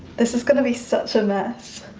this is gonna be such a mess.